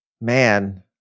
Man